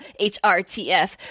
HRTF